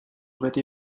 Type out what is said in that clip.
beti